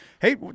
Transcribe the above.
Hey